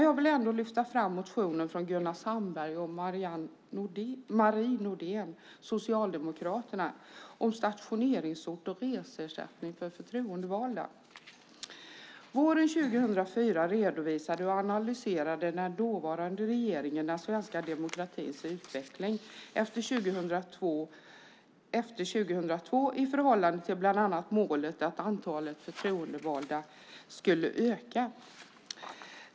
Jag vill ändå lyfta fram motionen från Gunnar Sandberg och Marie Nordén, Socialdemokraterna, om stationeringsort och reseersättning för förtroendevalda. Våren 2004 redovisade och analyserade den dåvarande regeringen den svenska demokratins utveckling efter 2002 i förhållande till bland annat målet att antalet förtroendevalda skulle öka.